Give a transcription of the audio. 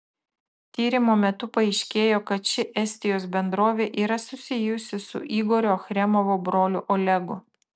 tyrimo metu paaiškėjo kad ši estijos bendrovė yra susijusi su igorio achremovo broliu olegu